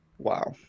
wow